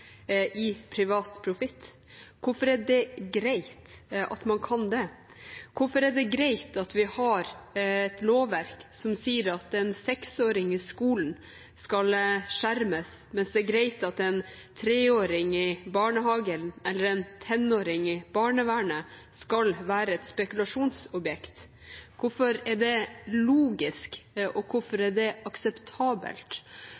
i privat profitt. Hvorfor er det greit at man kan det? Hvorfor er det greit at vi har et lovverk som sier at en seksåring i skolen skal skjermes, mens det er greit at en treåring i barnehagen eller en tenåring i barnevernet skal være et spekulasjonsobjekt? Hvorfor er det logisk? Og hvorfor